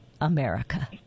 America